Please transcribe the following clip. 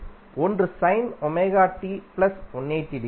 ஒன்று sine omega t plus 180 degree